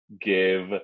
give